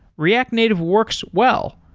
react native works well.